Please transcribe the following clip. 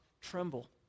tremble